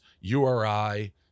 URI